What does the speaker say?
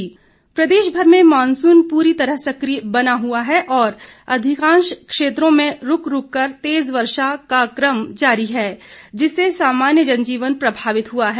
मौसम प्रदेश भर में मॉनसून पूरी तरह सकिय बना हुआ है और अधिकांश क्षेत्रों में रूक रूककर तेज वर्षा का कम जारी है जिससे सामान्य जनजीवन प्रभावित हुआ है